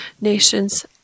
nations